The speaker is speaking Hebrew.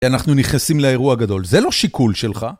אנחנו נכנסים לאירוע גדול, זה לא שיקול שלך.